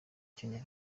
kenya